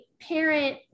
parent